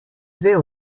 dve